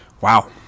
wow